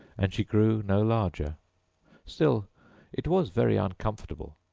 and she grew no larger still it was very uncomfortable,